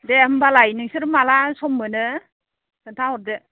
दे होमबालाय नोंसोर माब्ला सम मोनो खोनथाहरदो